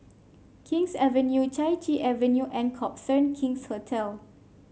King's Avenue Chai Chee Avenue and Copthorne King's Hotel